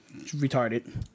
Retarded